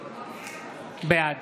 בעד